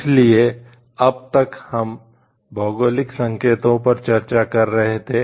इसलिए अब तक हम भौगोलिक संकेतकों पर चर्चा कर रहे थे